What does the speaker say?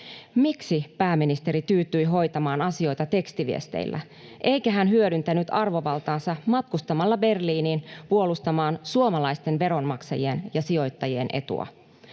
Miksi pääministeri tyytyi hoitamaan asioita tekstiviesteillä, eikä hän hyödyntänyt arvovaltaansa matkustamalla Berliiniin puolustamaan suomalaisten veronmaksajien ja sijoittajien etua?